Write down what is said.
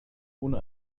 ohne